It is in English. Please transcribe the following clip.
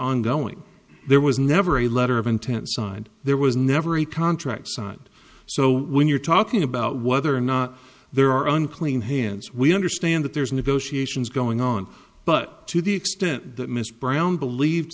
ongoing there was never a letter of intent signed there was never a contract signed so when you're talking about whether or not there are unclean hands we understand that there's negotiations going on but to the extent that mr brown believe